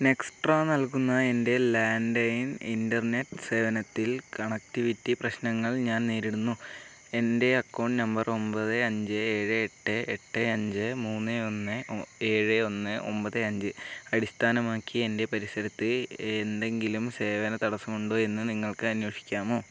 നെക്സ്ട്രാ നൽകുന്ന എൻ്റെ ലാൻലൈന് ഇൻ്റർനെറ്റ് സേവനത്തിൽ കണക്റ്റിവിറ്റി പ്രശ്നങ്ങൾ ഞാൻ നേരിടുന്നു എൻ്റെ അക്കൗണ്ട് നമ്പർ ഒമ്പത് അഞ്ച് ഏഴ് എട്ട് എട്ട് അഞ്ച് മൂന്ന് ഒന്ന് ഏഴ് ഒന്ന് ഒമ്പത് അഞ്ച് അടിസ്ഥാനമാക്കി എൻ്റെ പരിസരത്ത് എന്തെങ്കിലും സേവന തടസ്സമുണ്ടോ എന്ന് നിങ്ങൾക്ക് അന്വേഷിക്കാമോ